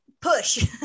push